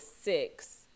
six